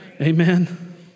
Amen